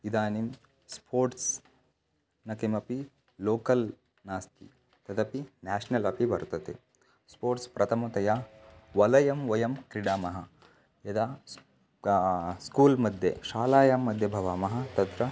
इदानीं स्पोर्ट्स् न किमपि लोकल् नास्ति तदपि नेषनल् अपि वर्तते स्पोर्ट्स प्रथमतया वलयं वयं क्रीडामः यदा स् स्कूल् मध्ये शालायां मध्ये भवामः तत्र